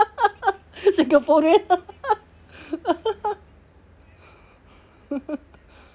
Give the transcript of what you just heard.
singaporean